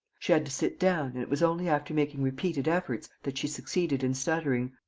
she had to sit down and it was only after making repeated efforts that she succeeded in stuttering